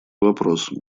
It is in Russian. вопрос